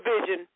vision